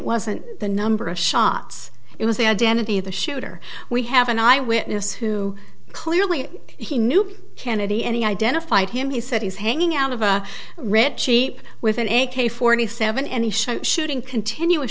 wasn't the number of shots it was the identity of the shooter we have an eyewitness who clearly he knew kennedy any identified him he said he's hanging out of a rich sheep with an a k forty seven any show shooting continuous